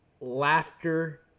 laughter